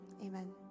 Amen